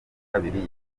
kabiri